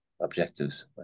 objectives